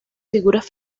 figuras